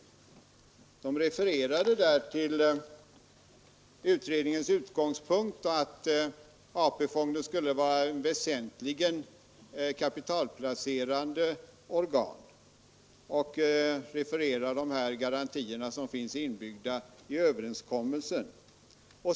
Man refererar där till utredningens utgångspunkt att AP-fonden väsentligen skulle vara ett kapitalplacerande organ, och man hänvisade till de garantier som finns inbyggda i överenskommelsen.